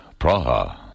Praha